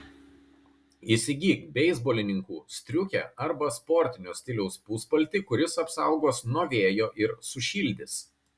įsigyk beisbolininkų striukę arba sportinio stiliaus puspaltį kuris apsaugos nuo vėjo ir sušildys